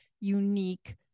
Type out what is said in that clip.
unique